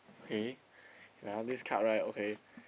K and ah this card right okay